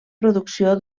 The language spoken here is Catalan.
producció